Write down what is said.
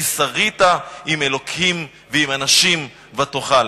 "כי שרית עם אלוקים ועם אנשים ותוכל".